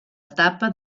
etapa